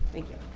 thank you.